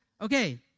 okay